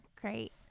Great